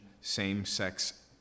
same-sex